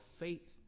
faith